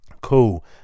Cool